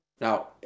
Now